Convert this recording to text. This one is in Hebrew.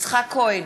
יצחק כהן,